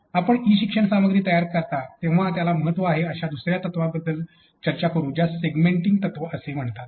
आता आपण ई शिक्षण सामग्री तयार करता तेव्हा ज्याला महत्व आहे अश्या दुसर्या तत्त्वाबद्दल चर्चा करू ज्यास सेगमेंटिंग तत्व असे म्हणतात